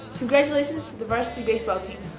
congratulations to the varsity baseball team.